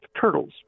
turtles